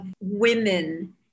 women